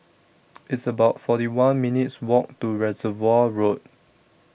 It's about forty one minutes' Walk to Reservoir Road